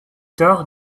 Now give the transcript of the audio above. tard